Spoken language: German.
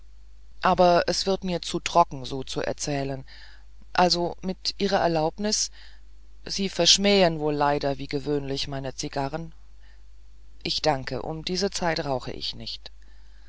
aber es wird mir zu trocken so zu erzählen also mit ihrer erlaubnis sie verschmähen wohl leider wie gewöhnlich meine zigarren ich danke um diese zeit rauche ich nicht